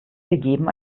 gegeben